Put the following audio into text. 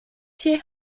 tie